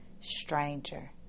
stranger